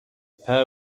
pair